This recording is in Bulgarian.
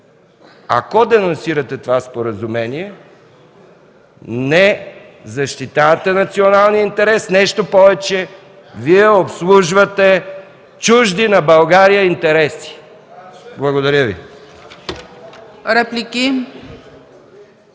ако денонсирате това споразумение, не защитавате националния интерес, нещо повече – Вие обслужвате чужди на България интереси. Благодаря Ви. РЕПЛИКА